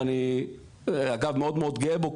ואני אגב מאוד מאוד גאה בו,